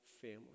family